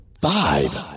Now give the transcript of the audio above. Five